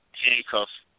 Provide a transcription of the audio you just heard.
handcuffs